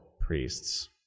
priests